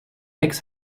eggs